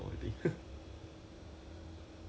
maybe ya 要要喝